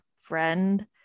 friend